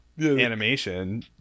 animation